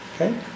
okay